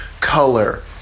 color